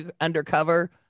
undercover